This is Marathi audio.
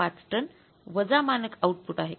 ५ टन वजा मानक आउटपुट आहे